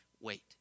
wait